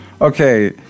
okay